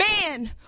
Man